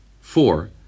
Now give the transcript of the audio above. Four